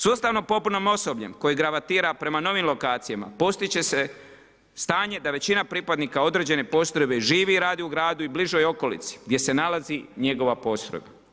Sustavno popunom osobljem koji gravitira prema novim lokacijama postit će se stanje da većina pripadnika određene postrojbe živi i radi u gradu i bližoj okolici gdje se nalazi njegova postrojba.